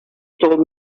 told